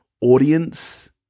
audience